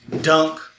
Dunk